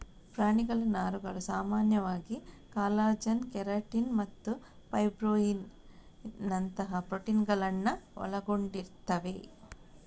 ಪ್ರಾಣಿಗಳ ನಾರುಗಳು ಸಾಮಾನ್ಯವಾಗಿ ಕಾಲಜನ್, ಕೆರಾಟಿನ್ ಮತ್ತು ಫೈಬ್ರೋಯಿನ್ ನಂತಹ ಪ್ರೋಟೀನುಗಳನ್ನ ಒಳಗೊಂಡಿರ್ತವೆ